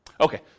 Okay